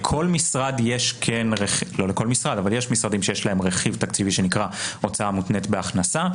יש משרדים שיש להם רכיב תקציבי שנקרא: הוצאה מותנית בהכנסה,